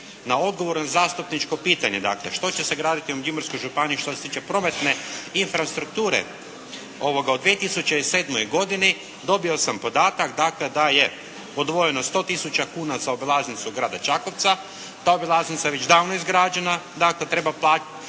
Na odgovor na zastupničko pitanje dakle, što će se graditi u Međimurskoj županiji što se tiče prometne infrastrukture. U 2007. godini dobio sam podatak dakle da je odvojeno 100 tisuća kuna za obilaznicu grada Čakovca. Ta obilaznica je već davno izgrađena, dakle treba platiti